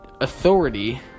authority